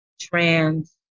trans